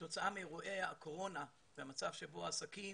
שכתוצאה מאירועי הקורונה והמצב שבו עסקים